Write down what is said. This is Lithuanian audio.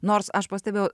nors aš pastebėjau